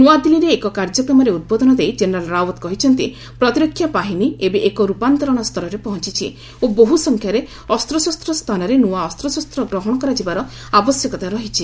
ନୂଆଦିଲ୍ଲୀରେ ଏକ କାର୍ଯ୍ୟକ୍ରମରେ ଉଦ୍ବୋଧନ ଦେଇ ଜେନେରାଲ୍ ରାଓ୍ୱତ୍ କହିଛନ୍ତି ପ୍ରତିରକ୍ଷା ବାହିନୀ ଏବେ ଏକ ରୂପାନ୍ତରଣ ସ୍ତରରେ ପହଞ୍ଚିଛି ଓ ବହୁସଂଖ୍ୟାରେ ଅସ୍ତ୍ରଶସ୍ତ ସ୍ଥାନରେ ନୂଆ ଅସ୍ତ୍ରଶସ୍ତ ଗ୍ରହଣ କରାଯିବାର ଆବଶ୍ୟକତା ରହିଛି